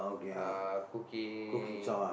uh cooking